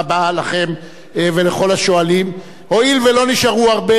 הואיל ולא נשארו הרבה אמצעים אופוזיציוניים בכנסת זאת,